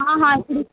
हा हा